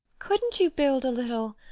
couldn't you build a little